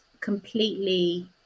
completely